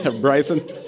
Bryson